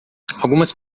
algumas